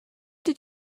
did